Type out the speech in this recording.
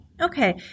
Okay